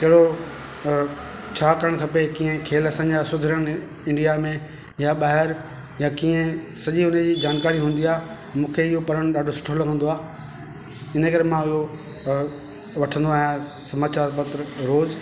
कहिड़ो अ छा करणु खपे कीअं खेल असांजा सुधरनि इंडिया में या ॿाहिरि या कीअं सॼी उनजी जानकारी हूंदी आहे मूंखे इहो पढ़ण ॾाढो सुठो लॻंदो आ्हे इन करे मां इहो अ वठिंदो आहियां समाचार पत्र रोज़